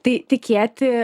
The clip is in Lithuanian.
tai tikėti